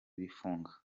bifunga